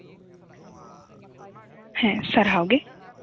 ᱦᱮᱸ ᱥᱟᱨᱦᱟᱣ ᱜᱮ